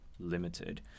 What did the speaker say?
limited